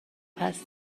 هستم